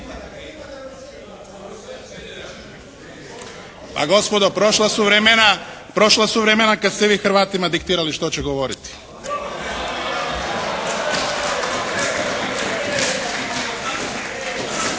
A gospodo prošla su vremena kad ste vi Hrvatima diktirali što će govoriti.